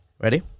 Ready